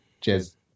cheers